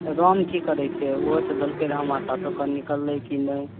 राम की करैत छै ओहो तऽ देलकै रहऽ हमरा साथे ओकर निकललै की नहि